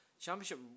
championship